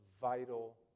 vital